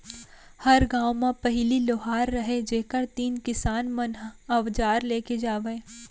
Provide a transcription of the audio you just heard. हर गॉंव म पहिली लोहार रहयँ जेकर तीन किसान मन अवजार लेके जावयँ